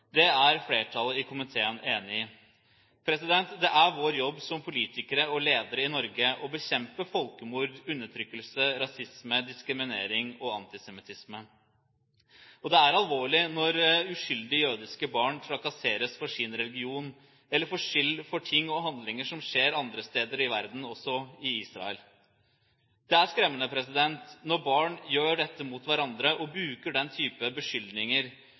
Det er flertallet i komiteen enig i. Det er vår jobb som politikere og ledere i Norge å bekjempe folkemord, undertrykkelse, rasisme, diskriminering og antisemittisme. Det er alvorlig når uskyldige jødiske barn trakasseres for sin religion, eller får skylden for ting og handlinger som skjer andre steder i verden, også i Israel. Det er skremmende når barn gjør dette mot hverandre og bruker den type beskyldninger,